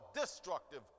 destructive